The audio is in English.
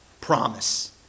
Promise